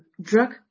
drug